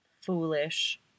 foolish